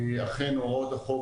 אכן הוראות החוק,